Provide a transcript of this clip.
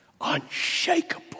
unshakable